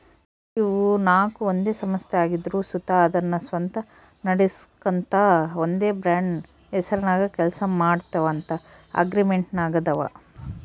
ಇವು ನಾಕು ಒಂದೇ ಸಂಸ್ಥೆ ಆಗಿದ್ರು ಸುತ ಅದುನ್ನ ಸ್ವಂತ ನಡಿಸ್ಗಾಂತ ಒಂದೇ ಬ್ರಾಂಡ್ ಹೆಸರ್ನಾಗ ಕೆಲ್ಸ ಮಾಡ್ತೀವಂತ ಅಗ್ರಿಮೆಂಟಿನಾಗಾದವ